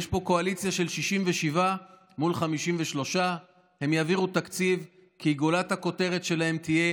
יש פה קואליציה של 67 מול 53. הם יעבירו תקציב כי גולת הכותרת שלהם תהיה